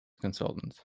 consultant